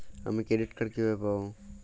আমি credit card কিভাবে পাবো?